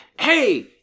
Hey